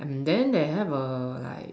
then they have a like